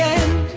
end